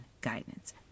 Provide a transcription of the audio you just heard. guidance